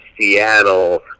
seattle